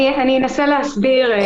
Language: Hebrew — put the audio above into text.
אני אנסה להסביר.